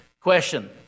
Question